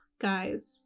Guys